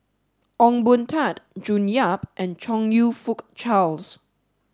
Ong Boon Tat June Yap and Chong You Fook Charles